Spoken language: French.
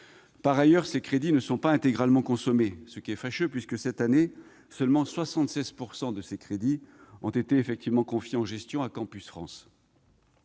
Par ailleurs, ces crédits ne sont pas intégralement consommés, ce qui est fâcheux. Cette année, seulement 76 % ont été effectivement confiés en gestion à Campus France.